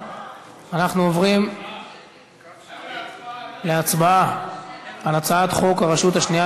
אנחנו עוברים להצבעה על הצעת חוק הרשות השנייה